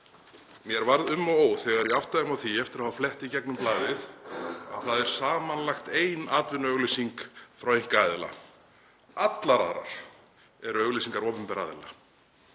Mér varð um og ó þegar ég áttaði mig á því, eftir að hafa flett í gegnum blaðið, að það er samanlagt ein atvinnuauglýsing frá einkaaðila. Allar aðrar eru auglýsingar opinberra aðila.